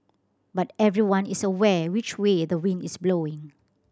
but everyone is aware which way the wind is blowing